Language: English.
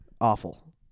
awful